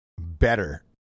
better